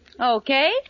Okay